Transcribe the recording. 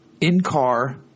In-car